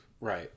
Right